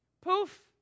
Poof